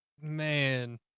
man